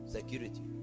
Security